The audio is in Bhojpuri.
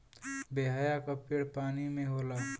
बेहया क पेड़ पानी में होला